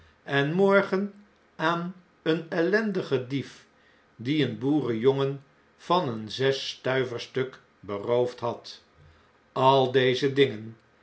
en roorgen aan een ellendigen dief die een boerenjongen van een zesstuiverstuk beroofd had al deze dingen